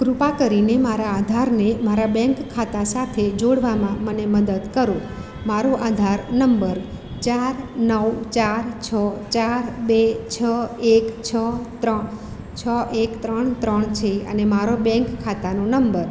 કૃપા કરીને મારા આધારને મારા બેન્ક ખાતા સાથે જોડવામાં મને મદદ કરો મારુ આધાર નંબર ચાર નવ ચાર છ ચાર બે છ એક છ ત્રણ છ એક ત્રણ ત્રણ છે અને મારો બેન્ક ખાતાનો નંબર